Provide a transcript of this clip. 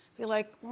you're like,